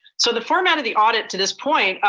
so the format of the audit to this point,